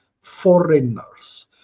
foreigners